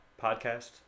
podcast